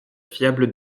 fiable